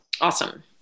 Awesome